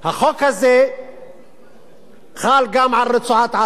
החוק הזה חל גם על רצועת-עזה,